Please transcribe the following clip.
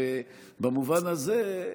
במובן הזה,